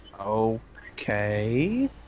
Okay